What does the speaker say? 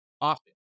often